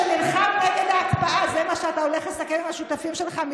שמה שמסכמים בממשלה עם השמאל,